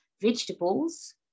vegetables